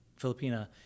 Filipina